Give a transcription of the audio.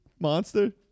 monster